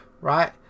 Right